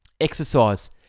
Exercise